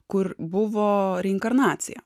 kur buvo reinkarnacija